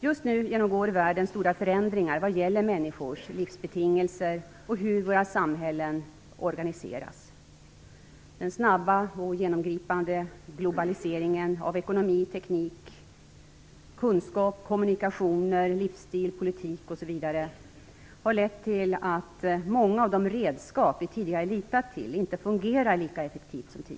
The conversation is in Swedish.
Just nu genomgår världen stora förändringar vad gäller människors livsbetingelser och hur våra samhällen organiseras. Den snabba och genomgripande globaliseringen av ekonomi, teknik, kunskap, kommunikationer, livsstil, politik osv. har lett till att många av de redskap vi tidigare litat till inte längre fungerar lika effektivt.